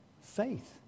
Faith